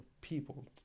people